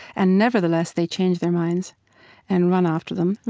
and nevertheless they change their minds and run after them.